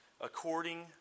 according